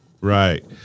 Right